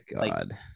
god